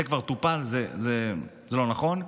זה כבר טופל, זה לא נכון.